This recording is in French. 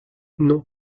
non